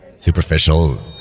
superficial